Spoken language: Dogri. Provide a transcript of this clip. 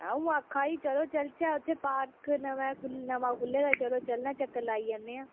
आं बी मबारखां चलो चलचै पार्क नमां खु'ल्ले दा चलो चलचै पार्क लाई औना